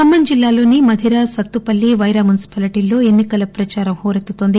ఖమ్మం జిల్లాలోని మధిర సత్తుపల్లి పైరా మున్సిపాలిటీల్లో ఎన్సి కల ప్రదారం హోరెత్తుతోంది